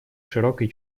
широкой